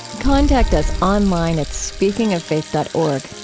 contact us online at speakingoffaith dot org.